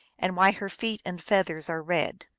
and why her feet and feathers are red.